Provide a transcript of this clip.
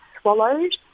swallowed